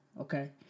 Okay